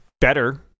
better